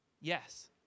Yes